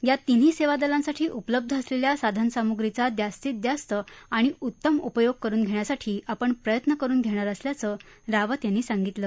या तिन्ही सेवादलांसाठी उपलब्ध असलेल्या साधनसामुग्रीचा जास्तीत जास्त आणि उत्तम उपयोग करुन घेण्यासाठी आपण प्रयत्न करुन घेणार असल्याचं रावत यांनी सांगितलं